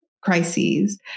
crises